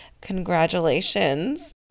Congratulations